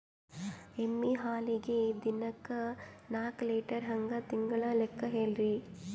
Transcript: ಎಮ್ಮಿ ಹಾಲಿಗಿ ದಿನಕ್ಕ ನಾಕ ಲೀಟರ್ ಹಂಗ ತಿಂಗಳ ಲೆಕ್ಕ ಹೇಳ್ರಿ?